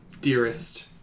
dearest